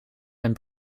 mijn